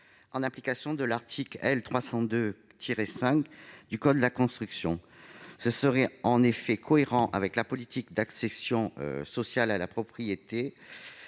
en application de l'article L. 302-5 du code de la construction. Ce serait en effet cohérent avec la politique d'accession sociale à la propriété